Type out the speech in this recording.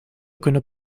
kunnen